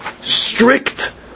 strict